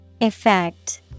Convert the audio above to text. Effect